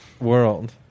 world